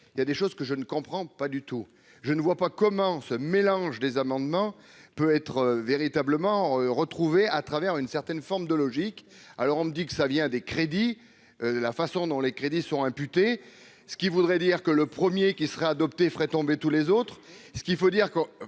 il y a des choses que je ne comprends pas du tout, je ne vois pas comment ce mélange des amendements peut être véritablement retrouver à travers une certaine forme de logique, alors on me dit que ça vient des crédits, la façon dont les crédits sont imputés, ce qui voudrait dire que le premier qui sera adoptée, ferait tomber tous les autres, ce qu'il faut dire que